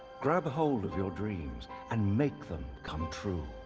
grab ahold of your dreams and make them come true.